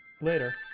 later